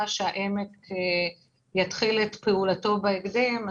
שבית חולים העמק יתחיל את פעולתו בהקדם,